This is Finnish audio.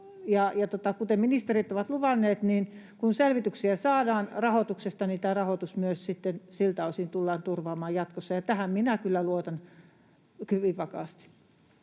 kuten ministerit ovat luvanneet, kun selvityksiä rahoituksesta saadaan, niin tämä rahoitus sitten myös siltä osin tullaan turvaamaan jatkossa, ja tähän minä kyllä luotan hyvin vakaasti.